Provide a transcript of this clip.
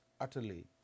utterly